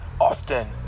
often